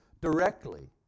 directly